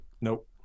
Nope